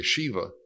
yeshiva